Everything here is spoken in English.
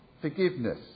forgiveness